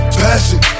passion